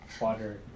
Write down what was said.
water